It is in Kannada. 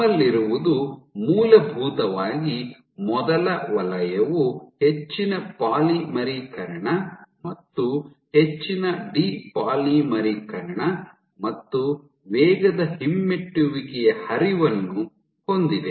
ನಿಮ್ಮಲ್ಲಿರುವುದು ಮೂಲಭೂತವಾಗಿ ಮೊದಲ ವಲಯವು ಹೆಚ್ಚಿನ ಪಾಲಿಮರೀಕರಣ ಮತ್ತು ಹೆಚ್ಚಿನ ಡಿ ಪಾಲಿಮರೀಕರಣ ಮತ್ತು ವೇಗದ ಹಿಮ್ಮೆಟ್ಟುವಿಕೆಯ ಹರಿವನ್ನು ಹೊಂದಿದೆ